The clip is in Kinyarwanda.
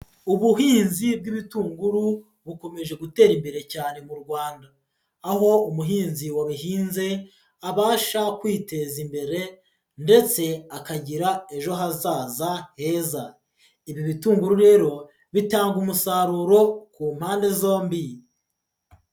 Ubuhinzi bw'ibitunguru bukomeje gutera imbere cyane mu Rwanda, aho umuhinzi wabihinze abasha kwiteza imbere ndetse akagira ejo hazaza heza. Ibi bitunguru rero bitanga umusaruro ku mpande zombi.